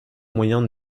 moyen